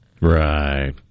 Right